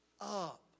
up